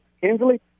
Kinsley